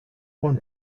one